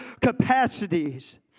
capacities